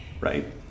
right